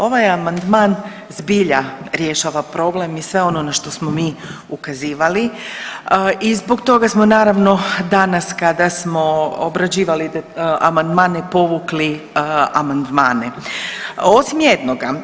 Ovaj amandman zbilja rješava problem i sve ono na što smo mi ukazivali i zbog toga smo naravno danas kada smo obrađivali amandmane povukli amandmane, osim jednoga.